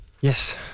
Yes